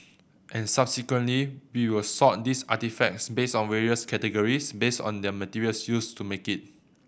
and subsequently we will sort these artefacts based on various categories based on the materials used to make it